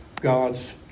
God's